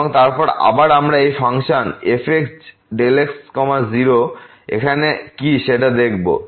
এবং তারপর আবার আমরা এই ফাংশন fxx0 এখানে কি সেটা দেখবো